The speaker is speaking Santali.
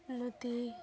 ᱚᱱᱟᱛᱮ